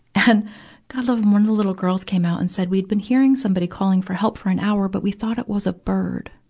and gotta love em one of the little girls came out and said, we'd been hearing somebody calling for help for an hour, but we thought it was a bird.